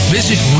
Visit